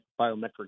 biometric